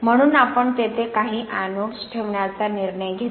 म्हणून आपण तेथे काही एनोड्स ठेवण्याचा निर्णय घेतला